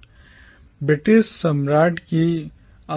British ब्रिटिश सम्राट की